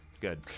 Good